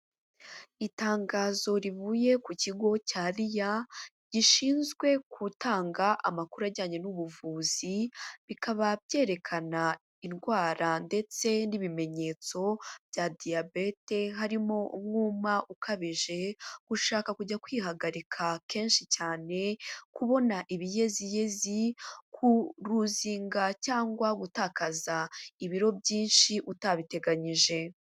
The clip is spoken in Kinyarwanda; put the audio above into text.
Itangazo rivuye ku kigo cya RHIA gishinzwe gutanga amakuru ajyanye n'ubuvuzi, bikaba byerekana indwara ndetse n'ibimenyetso bya diyabete, harimo umwuma ukabije gushaka kujya kwihagarika kenshi cyane, kubona ibiyeziyezi ku ruzinga cyangwa gutakaza ibiro byinshi utabiteganyije.